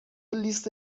لیست